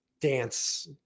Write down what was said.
dance